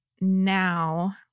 now